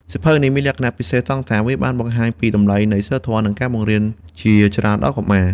សៀវភៅទាំងនេះមានលក្ខណៈពិសេសត្រង់ថា វាបានបង្ហាញពីតម្លៃនៃសីលធម៌ និងការបង្រៀនជាច្រើនដល់កុមារ។